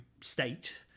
state